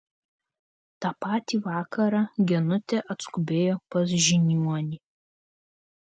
tą patį vakarą genutė atskubėjo pas žiniuonį